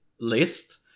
list